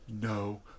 no